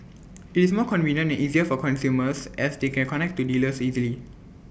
IT is more convenient and easier for consumers as they can connect to dealers directly